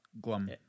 glum